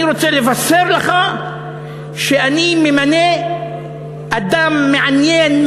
אני רוצה לבשר לך שאני ממנה אדם מעניין,